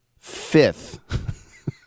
Fifth